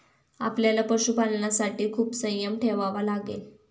आपल्याला पशुपालनासाठी खूप संयम ठेवावा लागेल